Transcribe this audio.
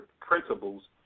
principles